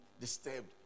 disturbed